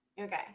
Okay